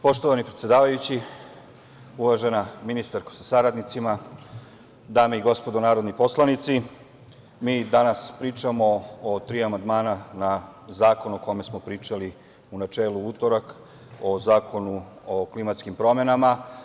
Poštovani predsedavajući, uvažena ministarko sa saradnicima, dame i gospodo narodni poslanici, mi danas pričamo o tri amandmana na zakon o kome smo pričali u načelu u utorak, o Zakonu o klimatskim promenama.